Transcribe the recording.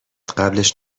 قبلش